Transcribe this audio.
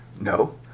No